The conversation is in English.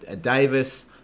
Davis